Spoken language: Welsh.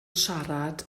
siarad